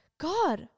God